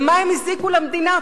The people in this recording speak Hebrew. במה הם הזיקו למדינה?